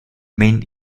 main